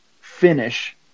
finish